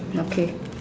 okay